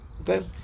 Okay